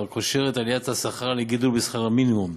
קושר את עליית השכר לגידול בשכר המינימום,